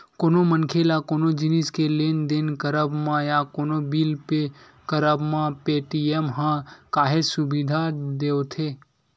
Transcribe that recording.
कोनो मनखे ल कोनो जिनिस के लेन देन करब म या कोनो बिल पे करब म पेटीएम ह काहेच सुबिधा देवथे